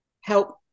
help